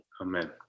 Amen